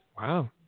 wow